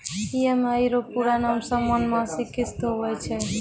EMI रो पूरा नाम समान मासिक किस्त हुवै छै